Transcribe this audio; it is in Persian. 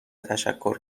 تشکر